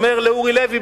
אומר לאורי לוי,